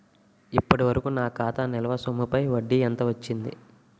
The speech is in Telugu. ఇప్పటి వరకూ నా ఖాతా నిల్వ సొమ్ముపై వడ్డీ ఎంత వచ్చింది?